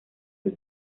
sus